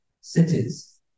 Cities